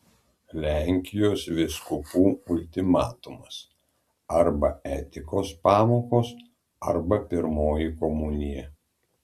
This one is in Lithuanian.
lenkijos vyskupų ultimatumas arba etikos pamokos arba pirmoji komunija